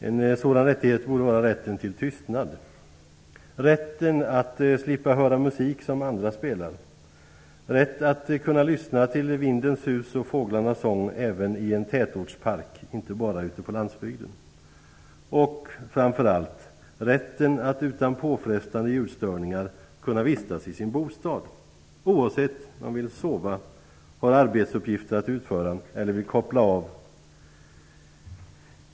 En sådan rättighet borde vara rätten till tystnad; rätten att slippa höra musik som andra spelar, rätten att kunna lyssna till vindens sus och fåglarnas sång även i en tätortspark -- inte bara ute på landsbygden -- och framför allt rätten att utan påfrestande ljudstörningar kunna vistas i sin bostad oavsett om man vill sova, har arbetsuppgifter att utföra eller vill koppla av.